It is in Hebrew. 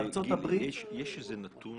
גיל, יש איזה נתון